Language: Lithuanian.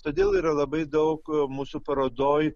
todėl yra labai daug mūsų parodoj